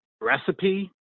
recipe